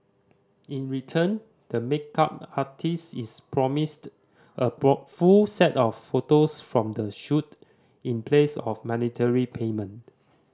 in return the makeup artist is promised a full set of photos from the shoot in place of monetary payment